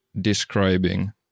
describing